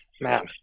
man